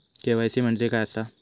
KYC म्हणजे काय आसा?